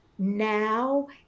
now